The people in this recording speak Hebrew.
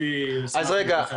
אני אשמח להתייחס.